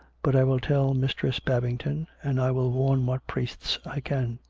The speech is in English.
but i will tell mistress babington, and i will warn what priests i can.